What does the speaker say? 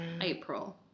April